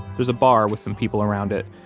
there's a bar with some people around it,